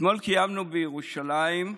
אתמול קיימנו בירושלים,